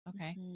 Okay